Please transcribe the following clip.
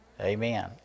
Amen